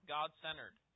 God-centered